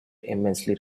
immensely